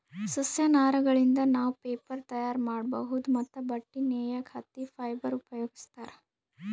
ಸಸ್ಯ ನಾರಗಳಿಂದ್ ನಾವ್ ಪೇಪರ್ ತಯಾರ್ ಮಾಡ್ಬಹುದ್ ಮತ್ತ್ ಬಟ್ಟಿ ನೇಯಕ್ ಹತ್ತಿ ಫೈಬರ್ ಉಪಯೋಗಿಸ್ತಾರ್